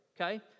Okay